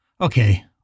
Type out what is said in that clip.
Okay